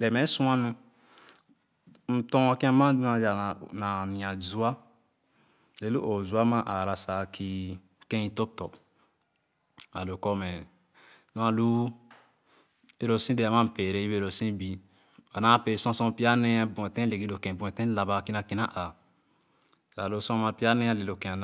lee mɛ sua nu m tom a kèn ama bu nìa zua alo òoh-ooh zua ma aara kìì kèm ì tõp tɔ̃ a doo kormɛ nu a nu loo si dɛɛ ama m peere yebe losì bìì ba na péé sor pya nee alegì lokèn buetèì buetèn tabàà kinakìma àà sa loo sor ama pyar nee ale loo kèn